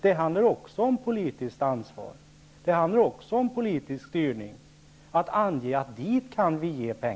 Det handlar också om politiskt ansvar och om politisk styrning att ange att pengar kan ges dit.